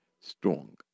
strong